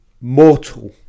mortal